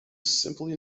simply